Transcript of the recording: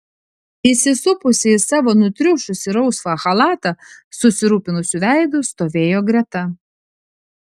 įsisupusi į savo nutriušusį rausvą chalatą susirūpinusiu veidu stovėjo greta